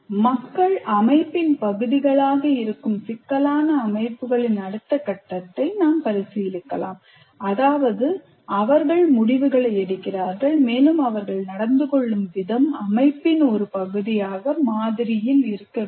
மக்கள் அமைப்பின் பகுதிகளாக இருக்கும் சிக்கலான அமைப்புகளின் அடுத்த கட்டத்தை நீங்கள் பரிசீலிக்கலாம் அதாவது அவர்கள் முடிவுகளை எடுக்கிறார்கள் மேலும் அவர்கள் நடந்து கொள்ளும் விதம் அமைப்பின் ஒரு பகுதியாக மாதிரியில் இருக்க வேண்டும்